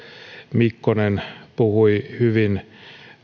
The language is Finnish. mikkonen puhui hyvin